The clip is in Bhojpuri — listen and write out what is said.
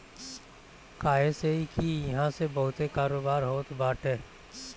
काहे से की इहा से बहुते कारोबार होत बाटे